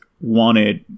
wanted